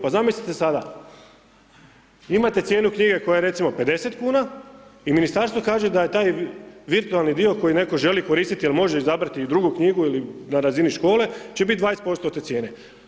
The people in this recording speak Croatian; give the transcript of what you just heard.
Pa zamislite sada, imate cijenu knjige koja je recimo 50 kuna i ministarstvo kaže da je taj virtualni dio koji netko želi koristiti jer može izabrati i drugu knjigu ili na razini škole će biti 20% od te cijene.